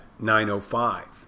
905